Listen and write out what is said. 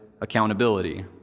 accountability